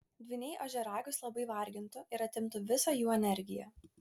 dvyniai ožiaragius labai vargintų ir atimtų visą jų energiją